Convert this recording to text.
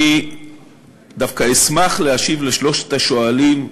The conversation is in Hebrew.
אני דווקא אשמח להשיב לשלושת השואלים,